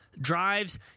drives